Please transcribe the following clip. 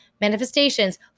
manifestations